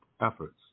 efforts